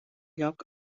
lloc